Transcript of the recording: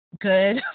good